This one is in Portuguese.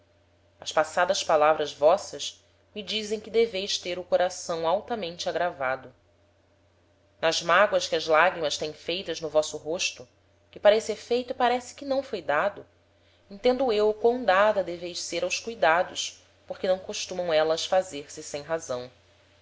as passadas palavras vossas me dizem que deveis ter o coração altamente agravado nas mágoas que as lagrimas teem feitas no vosso rosto que para esse efeito parece que não foi dado entendo eu quam dada deveis ser aos cuidados porque não costumam élas fazer-se sem razão